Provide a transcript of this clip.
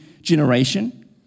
generation